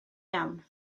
iawn